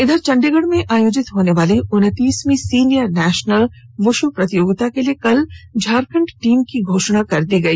इधर चंडीगढ़ में आयोजित होने वाली उनतीसवीं सीनियर नेशनल वुशु प्रतियोगिता के लिए कल झारखंड टीम की घोषणा कर दी गई